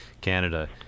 Canada